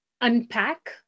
unpack